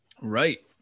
Right